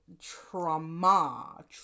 trauma